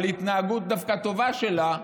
דווקא על התנהגות טובה שלה,